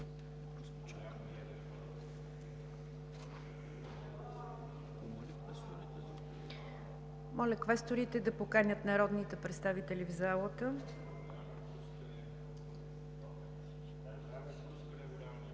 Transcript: Моля квесторите да поканят народните представители в залата.